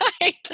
Right